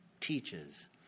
teaches